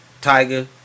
tiger